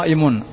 Imun